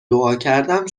دعاکردم